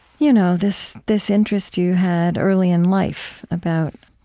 you know this this interest you had early in life about,